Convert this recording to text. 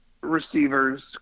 receivers